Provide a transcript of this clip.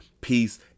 peace